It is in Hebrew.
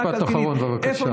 משפט אחרון, בבקשה.